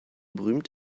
berühmt